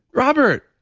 robert.